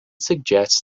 suggests